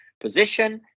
position